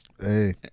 Hey